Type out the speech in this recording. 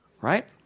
right